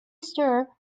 stir